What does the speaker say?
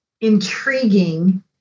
intriguing